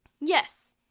yes